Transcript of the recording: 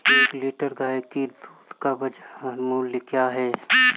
एक लीटर गाय के दूध का बाज़ार मूल्य क्या है?